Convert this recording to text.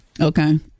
Okay